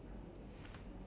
okay hello